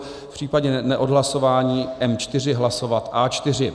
V případě neodhlasování M4 hlasovat A4.